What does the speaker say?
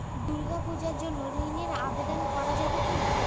দুর্গাপূজার জন্য ঋণের আবেদন করা যাবে কি?